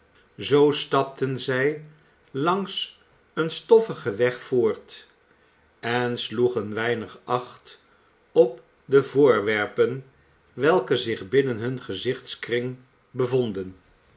zoo stapten zij langs een stofferigen weg voort en sloegen weinig acht op de voorwerpen welke zich binnen hun gezichtskring bevonden